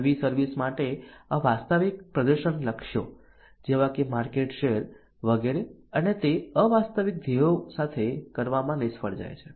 નવી સર્વિસ માટે અવાસ્તવિક પ્રદર્શન લક્ષ્યો જેવા કે માર્કેટ શેર વગેરે અને તે અવાસ્તવિક ધ્યેયો સાથે કરવામાં નિષ્ફળ જાય છે